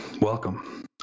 Welcome